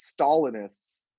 Stalinists